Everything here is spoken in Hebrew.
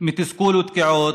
תסכול ותקיעות,